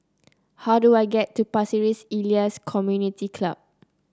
how do I get to Pasir Ris Elias Community Club